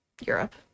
Europe